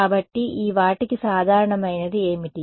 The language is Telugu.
కాబట్టి ఈ వాటికి సాధారణమైనది ఏమిటి